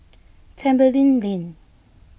Tembeling Lane